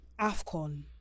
Afcon